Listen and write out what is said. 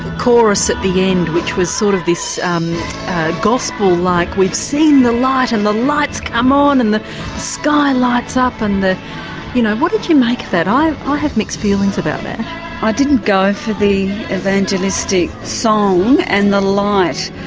chorus at the end which was sort of this gospel like we've seen the light and the light's come on and the sky lights up and you know, what did you make of that? i have mixed feelings about that. i didn't go for the evangelistic song and the light.